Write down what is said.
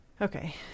Okay